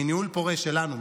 מניהול פורה שלנו,